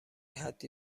حدی